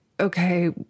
okay